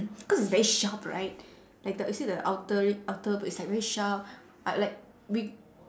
because it's very sharp right like the you see the outer r~ outer it's like very sharp like like we